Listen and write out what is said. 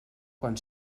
quan